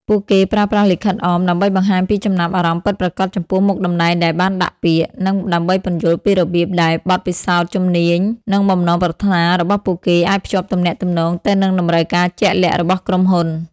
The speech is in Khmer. ពួកគេប្រើប្រាស់ លិខិតអម ដើម្បីបង្ហាញពីចំណាប់អារម្មណ៍ពិតប្រាកដចំពោះមុខតំណែងដែលបានដាក់ពាក្យ និងដើម្បីពន្យល់ពីរបៀបដែលបទពិសោធន៍ ជំនាញ និងបំណងប្រាថ្នារបស់ពួកគេអាចភ្ជាប់ទំនាក់ទំនងទៅនឹងតម្រូវការជាក់លាក់របស់ក្រុមហ៊ុន។